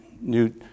New